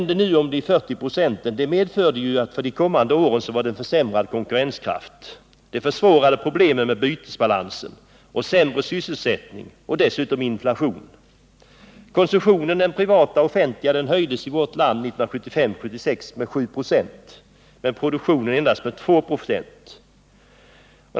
De 40-procentigt ökade arbetskraftskostnader jag nämnde medförde försämrad konkurrenskraft för de kommande åren, de försvårade problemet med bytesbalansen, de medförde sämre sysselsättning och dessutom inflation. Konsumtionen — den privata och offentliga — höjdes i vårt land 1975/76 med 7 96 men produktionen endast med 2 96.